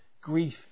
grief